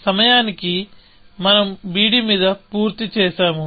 కాని సమయానికి మనం bd మీద పూర్తి చేసాము